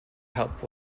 help